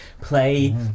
play